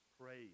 praise